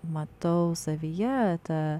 matau savyje tą